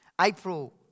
April